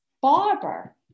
barber